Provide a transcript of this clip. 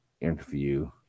interview